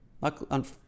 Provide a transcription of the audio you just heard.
Luckily